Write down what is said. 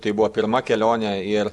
tai buvo pirma kelionė ir